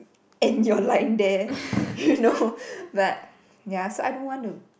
end your line there no but ya so I don't want to